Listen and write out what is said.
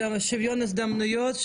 שוויון הזדמנויות,